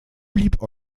blieb